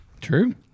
True